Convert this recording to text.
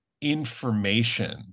information